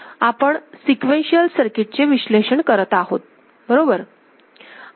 आपण सीक्वेनशिअल सर्किटचे विश्लेषण करत आहोत बरोबर